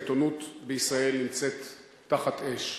העיתונות בישראל נמצאת תחת אש,